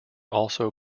also